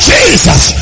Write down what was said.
Jesus